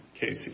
Casey